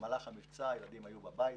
במהלך המבצע הילדים היו בבית,